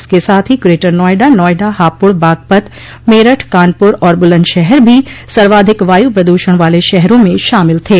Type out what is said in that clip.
इसके साथ ही ग्रेटर नोएडा नोएडा हापुड़ बागपत मेरठ कानपुर और बुलन्दशहर भी सर्वाधिक वायु प्रदूषण वाले शहरों में शामिल थे